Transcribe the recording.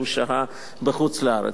שהוא שהה בחוץ-לארץ.